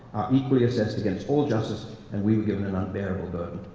equally assessed, against all justice, and we were given an unbearable but